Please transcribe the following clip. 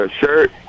shirt